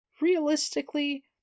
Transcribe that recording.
Realistically